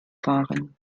fahren